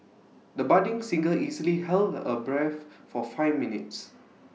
the budding singer easily held her breath for five minutes